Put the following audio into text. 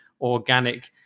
organic